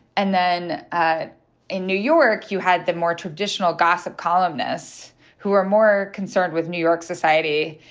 and then ah in new york you had the more traditional gossip columnists who are more concerned with new york society,